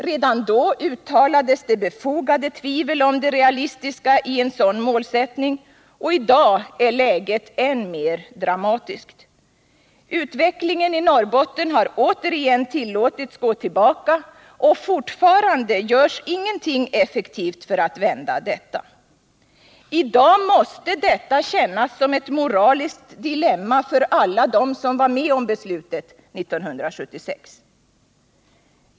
Redan då uttalades befogade tvivel om det realistiska i en sådan målsättning, och i dag är läget än mer dramatiskt. Utvecklingen i Norrbotten har återigen tillåtits gå tillbaka, och alltfort görs ingenting effektivt för att vända den. I dag måste detta kännas som ett moraliskt dilemma för alla dem som var med om beslutet 1976.